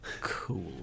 cool